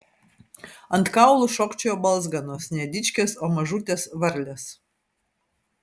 ant kaulų šokčiojo balzganos ne dičkės o mažutės varlės